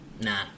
Nah